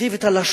הקריב את הלשון,